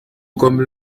comme